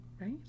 Right